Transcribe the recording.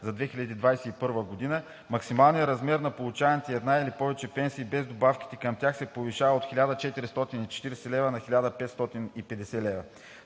за 2021 г. максималният размер на получаваните една или повече пенсии без добавките към тях се повишава от 1440 лв. на 1500 лв.